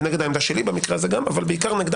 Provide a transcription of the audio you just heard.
וגם נגד העמדה שלי במקרה הזה אבל בעיקר נגד